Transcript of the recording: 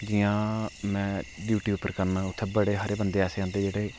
जियां में डियूटी उप्पर करना होना उत्थै बडे़ सारे बंदे ऐसे होंदे जेहडे़